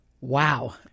Wow